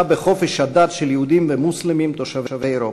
בחופש הדת של יהודים ומוסלמים תושבי אירופה.